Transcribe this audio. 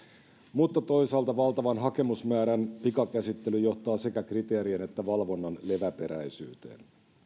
mutta toisaalta valtavan hakemusmäärän pikakäsittely johtaa sekä kriteerien että valvonnan leväperäisyyteen